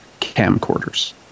camcorders